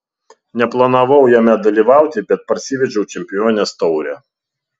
neplanavau jame dalyvauti bet parsivežiau čempionės taurę